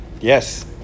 Yes